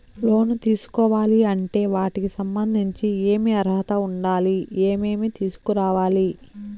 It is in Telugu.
లోను తీసుకోవాలి అంటే వాటికి సంబంధించి ఏమి అర్హత ఉండాలి, ఏమేమి తీసుకురావాలి